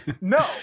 no